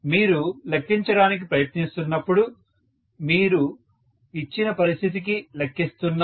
మీరు లెక్కించడానికి ప్రయత్నిస్తున్నప్పుడు మీరు ఇచ్చిన పరిస్థితికి లెక్కిస్తున్నారు